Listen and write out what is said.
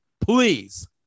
please